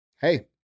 Hey